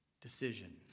Decision